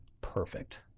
perfect